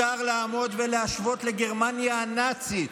מותר לעמוד ולהשוות לגרמניה הנאצית.